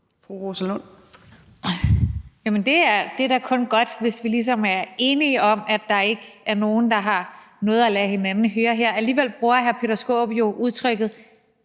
det er da kun godt, hvis vi ligesom er enige om, at der ikke er nogen, der har noget at lade hinanden høre her. Alligevel bruger hr. Peter Skaarup jo udtrykket,